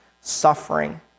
suffering